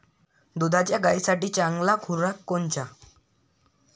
दुधाच्या गायीसाठी चांगला खुराक कोनचा?